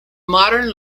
modern